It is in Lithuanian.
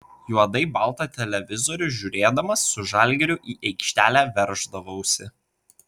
juodai baltą televizorių žiūrėdamas su žalgiriu į aikštelę verždavausi